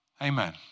Amen